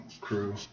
crew